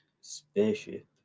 spaceship